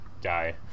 die